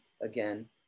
again